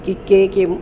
की के के